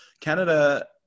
Canada